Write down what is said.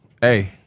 Hey